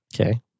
Okay